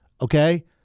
Okay